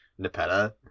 Nepeta